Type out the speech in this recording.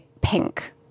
pink